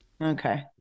Okay